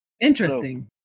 Interesting